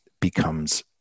becomes